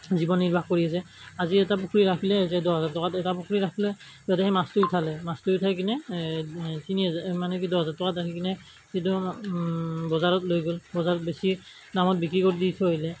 জীৱন নিৰ্বাহ কৰি আছে আজি এটা পুখুৰী ৰাখিলে যে দহ হাজাৰ টকাত এটা পুখুৰী ৰাখিলে তাতে সেই মাছটো উঠালে মাছটো উঠাই কিনে তিনি হাজাৰ মানে কি দহ হাজাৰ টকাত ৰাখি কিনে সেইটো বজাৰত লৈ গ'ল বজাৰত বেছি দামত বিক্ৰী কৰি দি থৈ আহিলে